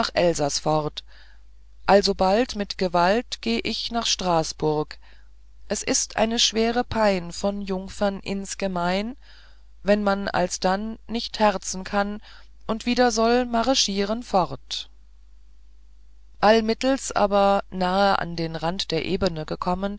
fort alsobald mit gewalt geh ich nach straßburg es ist eine schwere pein von jungferen insgemein wenn man alsdann nicht herzen kann und wieder soll mareschieren fort allmittelst aber nahe an den rand der ebene gekommen